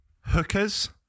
Hookers